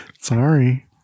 sorry